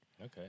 Okay